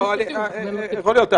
יכול להיות.